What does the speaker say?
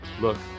Look